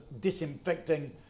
disinfecting